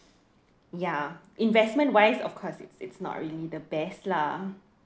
ya investment wise of course it's it's not really the best lah